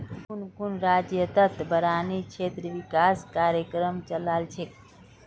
कुन कुन राज्यतत बारानी क्षेत्र विकास कार्यक्रम चला छेक